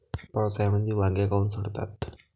पावसाळ्यामंदी वांगे काऊन सडतात?